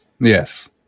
Yes